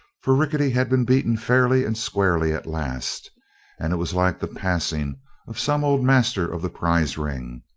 for rickety had been beaten fairly and squarely at last and it was like the passing of some old master of the prize ring,